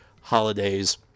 holidays